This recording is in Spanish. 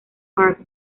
park